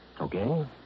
Okay